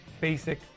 basic